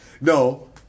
No